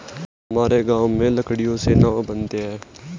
हमारे गांव में लकड़ियों से नाव बनते हैं